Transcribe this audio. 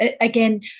again